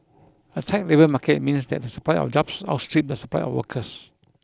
a tight labour market means that the supply of jobs outstrip the supply of workers